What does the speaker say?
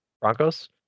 Broncos